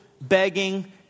begging